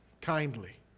kindly